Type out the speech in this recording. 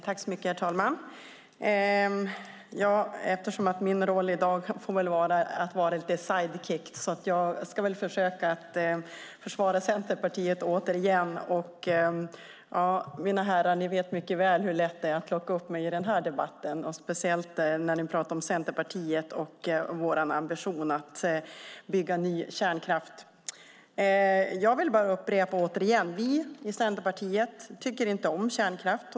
Herr talman! Min roll i dag är väl att vara lite sidekick. Jag ska återigen försöka försvara Centerpartiet. Mina herrar, ni vet mycket väl hur lätt det är att locka upp mig i den här debatten, speciellt när ni pratar om Centerpartiet och vår ambition att bygga ny kärnkraft. Jag vill upprepa att vi i Centerpartiet inte tycker om kärnkraft.